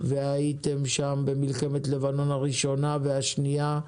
והייתם שם במלחמת לבנון הראשונה והשנייה,